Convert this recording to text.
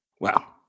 Wow